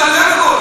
לא רק דיבורים.